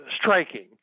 striking